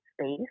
space